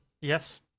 Yes